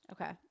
Okay